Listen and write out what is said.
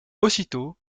aussitôt